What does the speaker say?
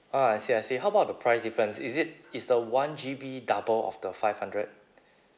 ah I see I see how about the price difference is it is the one G_B double of the five hundred